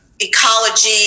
ecology